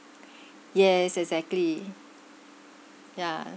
yes exactly yeah